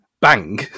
bang